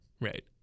Right